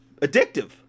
Addictive